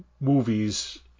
movies